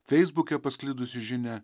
feisbuke pasklidusi žinia